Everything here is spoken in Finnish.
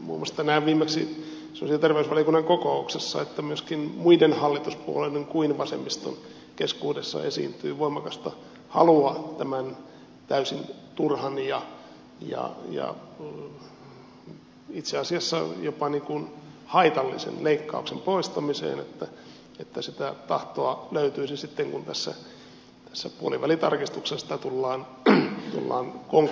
muun muassa tänään viimeksi sosiaali ja terveysvaliokunnan kokouksessa että myöskin muiden hallituspuolueiden kuin vasemmiston keskuudessa esiintyy voimakasta halua tämän täysin turhan ja itse asiassa jopa haitallisen leikkauksen poistamiseen että sitä tahtoa löytyisi sitten kun tässä puolivälitarkistuksessa sitä tullaan konkreettisesti tekemään